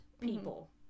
people